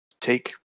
take